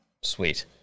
Sweet